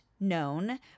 ...known